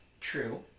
True